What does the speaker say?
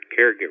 caregiver